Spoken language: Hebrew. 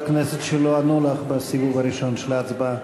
כנסת שלא ענו לך בסיבוב הראשון של ההצבעה.